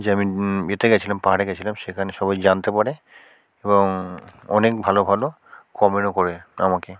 যে আমি এতে গেছিলাম পাহাড়ে গেছিলাম সেখানে সবাই জানতে পারে এবং অনেক ভালো ভালো কমেন্টও করে আমাকে